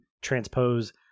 transpose